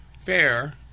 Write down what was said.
Fair